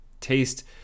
taste